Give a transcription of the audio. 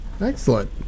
Excellent